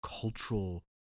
cultural